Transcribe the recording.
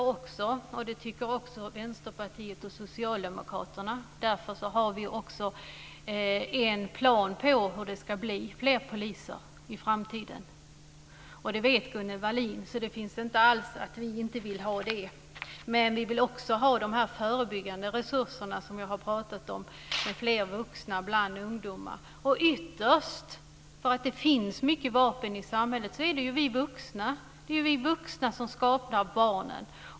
Herr talman! Det tycker jag också, och det tycker också Vänsterpartiet och Socialdemokraterna. Därför har vi en plan på att det ska bli fler poliser i framtiden. Det vet Gunnel Wallin. Det är inte alls så att vi inte vill ha det. Men vi vill också ha resurser för förebyggande åtgärder som jag har pratat om och fler vuxna bland ungdomar. Ytterst - med tanke på att det finns mycket vapen i samhället - är det vi vuxna som skapar barnen.